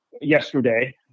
yesterday